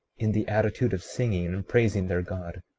in the attitude of singing and praising their god